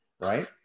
Right